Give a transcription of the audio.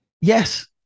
yes